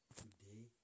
today